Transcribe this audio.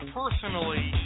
personally